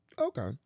Okay